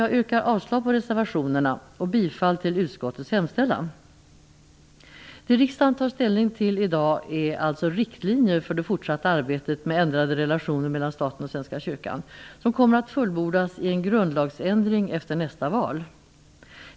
Jag yrkar avslag på reservationerna och bifall till utskottets hemställan. Det riksdagen tar ställning till i dag är alltså riktlinjer för det fortsatta arbetet med ändrade relationer mellan staten och Svenska kyrkan, som kommer att fullbordas i en grundlagsändring efter nästa val.